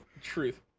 Truth